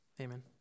amen